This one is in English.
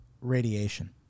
radiation